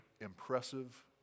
impressive